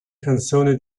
canzone